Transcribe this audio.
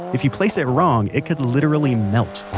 if you place it wrong it could literally melt.